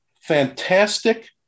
fantastic